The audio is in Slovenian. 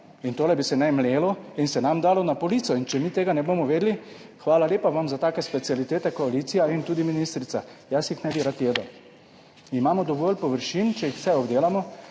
in tole bi se naj mlelo in se nam dalo na polico in če mi tega ne bomo vedeli, hvala lepa, vam za take specialitete, koalicija in tudi ministrica, jaz jih ne bi rad jedel. Imamo dovolj površin. Če jih vse obdelamo,